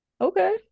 Okay